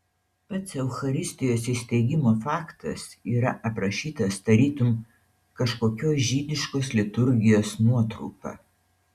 pats eucharistijos įsteigimo faktas yra aprašytas tarytum kažkokios žydiškos liturgijos nuotrupa